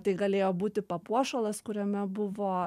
tai galėjo būti papuošalas kuriame buvo